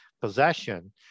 possession